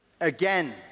Again